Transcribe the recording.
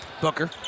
Booker